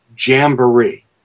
jamboree